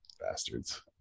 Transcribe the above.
bastards